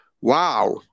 wow